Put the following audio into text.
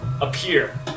appear